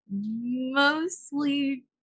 mostly